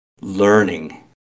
Learning